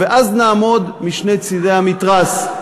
ואז נעמוד משני צדי המתרס,